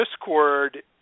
discord